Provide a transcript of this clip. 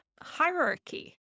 hierarchy